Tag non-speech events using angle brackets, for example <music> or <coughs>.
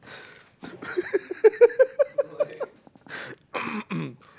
<laughs> <coughs>